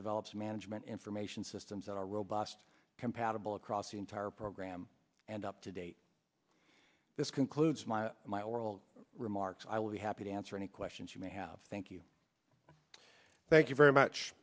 develops management information systems that are robust compatible across the entire program and up to date this concludes my my oral remarks i will be happy to answer any questions you may have thank you thank you very